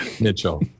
Mitchell